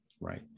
Right